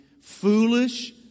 foolish